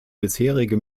bisherige